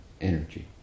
energy